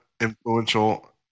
influential